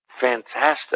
fantastic